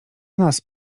nas